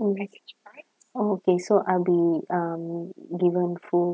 alright oh okay so I'll be um given full